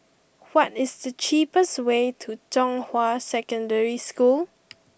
what is the cheapest way to Zhonghua Secondary School